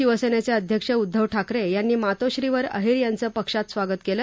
शिवसेनेचे अध्यक्ष उद्दव ठाकरे यांनी मातोश्रीवर अहिर यांचं पक्षात स्वागत केलं